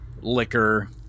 liquor